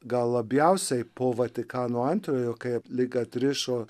gal labiausiai po vatikano antrojo kai lyg atrišo